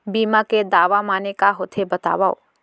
बीमा के दावा माने का होथे बतावव?